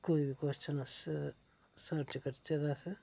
कोई बी कोश्चन अस सर्च करचै् ते अस